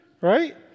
Right